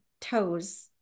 toes